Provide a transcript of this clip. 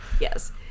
yes